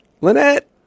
Lynette